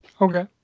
Okay